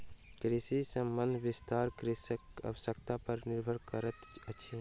कृषि संबंधी विस्तार कृषकक आवश्यता पर निर्भर करैतअछि